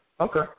Okay